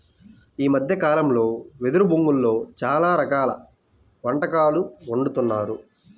ఈ మద్దె కాలంలో వెదురు బొంగులో చాలా రకాల వంటకాలు వండుతున్నారు